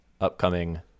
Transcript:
upcoming